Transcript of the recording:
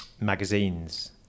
magazines